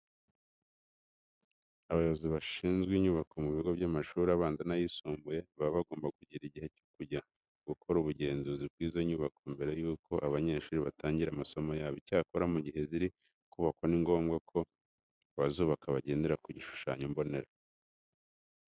Abayobozi bashinzwe inyubako mu bigo by'amashuri abanza n'ayisumbuye baba bagomba kugira igihe cyo kujya gukora ubugenzuzi bw'izo nyubako mbere yuko abanyeshuri batangira amasomo yabo. Icyakora mu gihe ziri kubakwa ni ngombwa ko abazubaka bagendera ku gishushanyo mbonera.